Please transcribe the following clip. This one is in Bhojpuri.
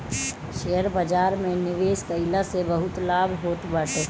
शेयर बाजार में निवेश कईला से बहुते लाभ होत बाटे